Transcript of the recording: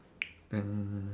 and